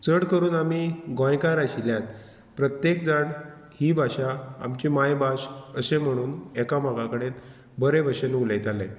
चड करून आमी गोंयकार आशिल्ल्यान प्रत्येक जाण ही भाशा आमची मायभाश अशें म्हणून एकामेका कडेन बरे भशेन उलयताले